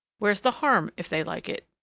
where's the harm if they like it?